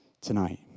tonight